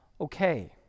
okay